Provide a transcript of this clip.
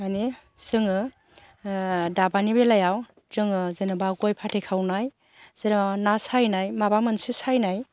इनि जोङो दाबानि बेलायाव जोङो जेन'बा गय फाथै खावनाय जेन'बा ना सायनाय माबा मोनसे सायनाय